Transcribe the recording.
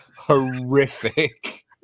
Horrific